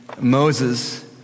Moses